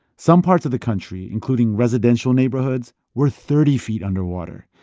some parts of the country, including residential neighborhoods, were thirty feet under water.